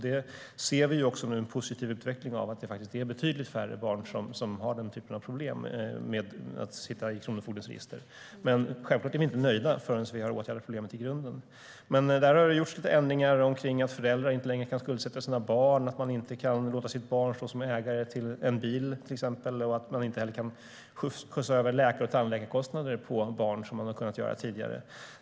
Vi ser nu också en positiv utveckling, att det är betydligt färre barn som har den typen av problem med att sitta i kronofogdens register. Men självklart är vi inte nöjda förrän vi har åtgärdat problemet i grunden. Det har gjorts lite ändringar kring att föräldrar inte längre kan skuldsätta sina barn, att man inte kan låta sitt barn stå som ägare till en bil, till exempel, och att man inte heller kan skjuta över läkar och tandläkarkostnader på barn, som man har kunnat göra tidigare.